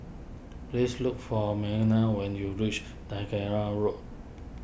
please look for Meaghan when you reach Road